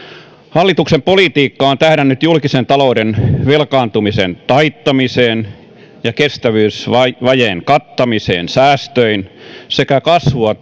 hallituksen politiikka on tähdännyt julkisen talouden velkaantumisen taittamiseen ja kestävyysvajeen kattamiseen säästöin sekä kasvua